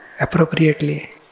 appropriately